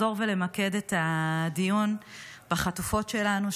ולמקד את הדיון בחטופות שלנו,